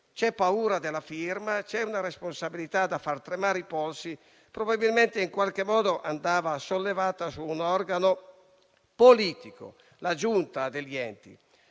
C'è paura della firma; c'è una responsabilità da far tremare i polsi: probabilmente andava sollevata da un organo politico. Quanto alla Giunta degli enti,